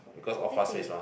because all fast pace mah